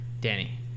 Danny